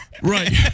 right